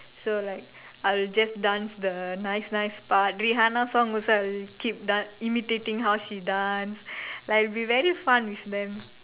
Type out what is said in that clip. so like I will just dance the nice nice part Rihanna songs also I'll keep dance imitating how she dance like will be very fun with them